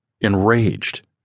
Enraged